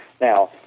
Now